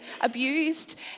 abused